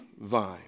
vine